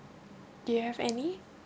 do you have any